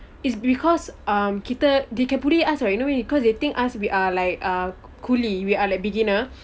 it's because uh kita they can bully us you know cause they think us we are like uh kuli we are like beginner